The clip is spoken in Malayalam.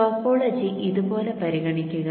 ടോപ്പോളജി ഇതുപോലെ പരിഗണിക്കുക